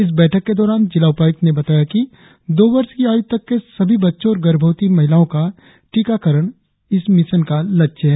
इस बैठक के दौरान जिला उपायुक्त ने बताया की दो वर्ष की आयु तक के सभी बच्चो और गर्भवती महिलाओ का टीकाकरण इस मिशन का लक्ष्य है